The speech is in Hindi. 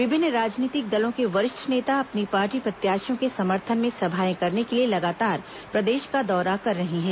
विभिन्न राजनीतिक दलों के वरिष्ठ नेता अपनी पार्टी प्रत्याशियों के समर्थन में सभाएं करने के लिए लगातार प्रदेश का दौरा कर रहे हैं